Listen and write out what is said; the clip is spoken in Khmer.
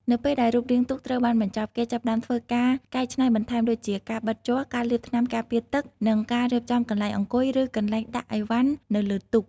នៅពេលដែលរូបរាងទូកត្រូវបានបញ្ចប់ គេចាប់ផ្តើមធ្វើការកែច្នៃបន្ថែម ដូចជាការបិតជ័រ ការលាបថ្នាំការពារទឹក និងការរៀបចំកន្លែងអង្គុយ ឬកន្លែងដាក់ឥវ៉ាន់នៅលើទូក។